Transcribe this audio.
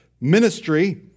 ministry